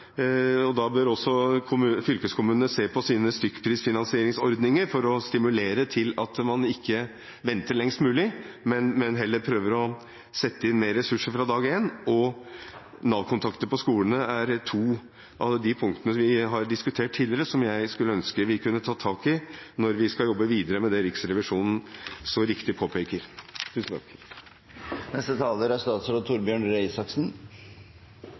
fylkeskommunene ser på sine stykkprisfinansieringsordninger for å stimulere til at man ikke venter lengst mulig, men heller prøver å sette inn mer ressurser fra dag én, og Nav-kontakter på skolene; det er to av de punktene vi har diskutert tidligere, og som jeg skulle ønske vi kunne ta tak i når vi skal jobbe videre med det Riksrevisjonen så riktig påpeker.